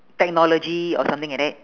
technology or something like that